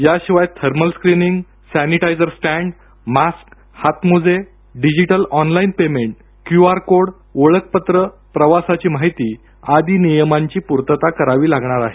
याशिवाय thermal screening sanitiser stand mask हातमोजे digital online payment Q R code ओळखपत्र प्रवासाची माहिती आदी नियमांची पूर्तता करावी लागणार आहे